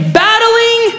battling